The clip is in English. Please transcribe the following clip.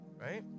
right